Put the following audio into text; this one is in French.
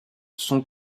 son